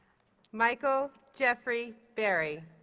michael jeffrey berry